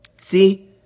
See